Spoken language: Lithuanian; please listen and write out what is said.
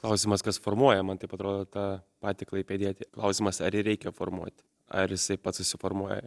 klausimas kas formuoja man taip atrodo tą patį klaipėdietį klausimas ar jį reikia formuoti ar jisai pats susiformuoja